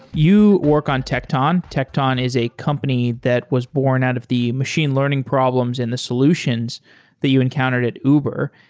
you work on tecton. tecton is a company that was born out of the machine learning problems and the solutions that you encountered at uber.